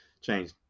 Change